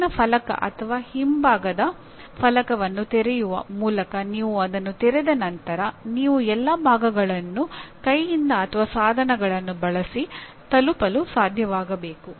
ಮೇಲಿನ ಫಲಕ ಅಥವಾ ಹಿಂಭಾಗದ ಫಲಕವನ್ನು ತೆರೆಯುವ ಮೂಲಕ ನೀವು ಅದನ್ನು ತೆರೆದ ನಂತರ ನೀವು ಎಲ್ಲಾ ಭಾಗಗಳನ್ನು ಕೈಯಿಂದ ಅಥವಾ ಸಾಧನಗಳನ್ನು ಬಳಸಿ ತಲುಪಲು ಸಾಧ್ಯವಾಗಬೇಕು